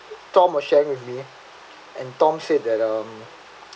tom was sharing with me and tom said that um